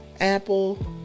Apple